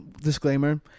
disclaimer